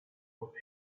with